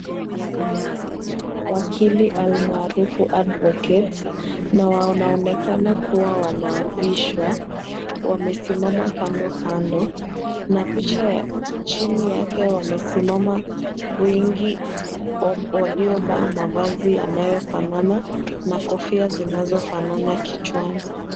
Hawa ni mawakili almaarufu advocate na wanaonekana kuwa wanaapishwa, wamesimama kando kando na picha ya chini yake wamesimama wengi, waliovaa mavazi yanayofanana na kofia zinazofanana kichwani.